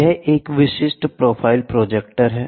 यह एक विशिष्ट प्रोफ़ाइल प्रोजेक्टर है